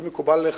אם מקובל עליך,